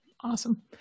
Awesome